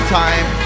time